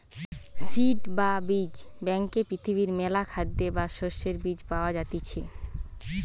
seed বা বীজ ব্যাংকে পৃথিবীর মেলা খাদ্যের বা শস্যের বীজ পায়া যাইতিছে